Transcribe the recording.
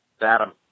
Adam